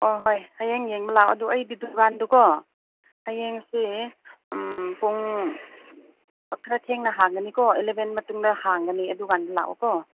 ꯍꯣꯏ ꯍꯣꯏ ꯍꯌꯦꯡ ꯌꯦꯡꯕ ꯂꯥꯏꯑꯣ ꯑꯗꯨ ꯑꯩꯒꯤ ꯗꯨꯀꯥꯟꯗꯨꯀꯣ ꯍꯌꯦꯡꯁꯦ ꯄꯨꯡ ꯈꯔ ꯊꯦꯡꯅ ꯍꯥꯡꯒꯅꯤꯀꯣ ꯑꯦꯂꯕꯦꯟ ꯃꯇꯨꯡꯗ ꯍꯥꯡꯒꯅꯤ ꯑꯗꯨ ꯀꯥꯟꯗ ꯂꯥꯛꯑꯣꯀꯣ